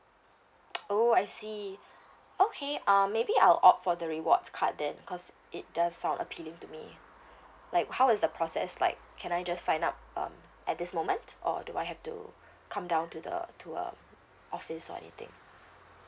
oh I see okay um maybe I'll opt for the rewards card then cause it does sound appealing to me like how is the process like can I just sign up um at this moment or do I have to come down to the to a office or anything